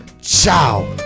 Ciao